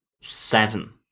seven